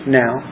now